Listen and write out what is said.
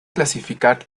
clasificar